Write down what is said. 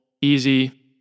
easy